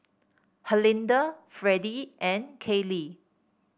Herlinda Freddie and Caylee